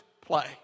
play